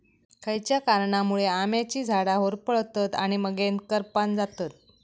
खयच्या कारणांमुळे आम्याची झाडा होरपळतत आणि मगेन करपान जातत?